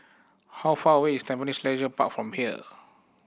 how far away is Tampines Leisure Park from here